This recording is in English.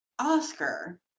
Oscar